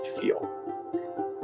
feel